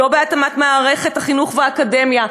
לא בהתאמת מערכת החינוך והאקדמיה.